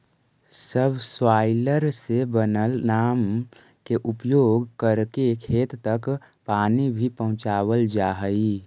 subsoiler से बनल नाल के उपयोग करके खेत तक पानी भी पहुँचावल जा हई